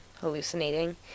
hallucinating